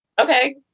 Okay